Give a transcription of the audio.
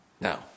Now